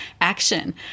action